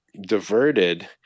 diverted